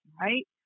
right